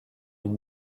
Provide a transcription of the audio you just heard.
une